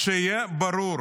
אז שיהיה ברור: